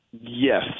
Yes